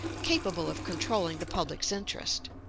capable of controlling the public's interest.